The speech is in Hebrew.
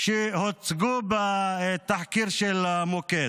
שהוצגו בתחקיר של המקור.